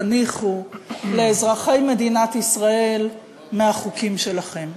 תניחו לאזרחי מדינת ישראל מהחוקים שלכם.